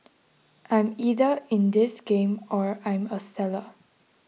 I'm either in this game or I'm a seller